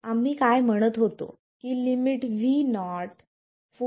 आम्ही काय म्हणत होतो की लिमिट V नॉट 4